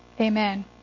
amen